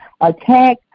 attack